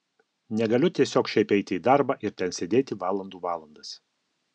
negaliu tiesiog šiaip eiti į darbą ir ten sėdėti valandų valandas